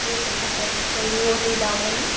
ঢ়েৰ পইচা খৰছ হৈছে ৰোৱনী দাৱনী